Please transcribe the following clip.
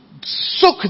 soak